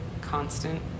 constant